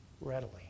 Readily